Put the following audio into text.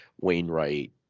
Wainwright